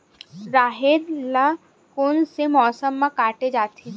राहेर ल कोन से मौसम म काटे जाथे?